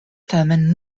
tamen